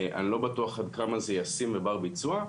אני לא בטוח עד כמה זה ישים ובר ביצוע.